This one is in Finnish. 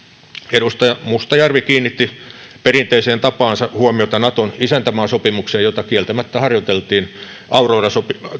edustaja mustajärvi kiinnitti perinteiseen tapaansa huomiota naton isäntämaasopimukseen jota kieltämättä harjoiteltiin aurora